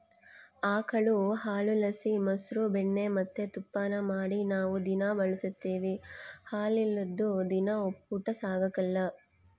ಆಕುಳು ಹಾಲುಲಾಸಿ ಮೊಸ್ರು ಬೆಣ್ಣೆ ಮತ್ತೆ ತುಪ್ಪಾನ ಮಾಡಿ ನಾವು ದಿನಾ ಬಳುಸ್ತೀವಿ ಹಾಲಿಲ್ಲುದ್ ದಿನ ಒಪ್ಪುಟ ಸಾಗಕಲ್ಲ